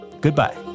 goodbye